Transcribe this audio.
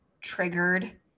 triggered